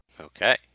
okay